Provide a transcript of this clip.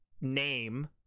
name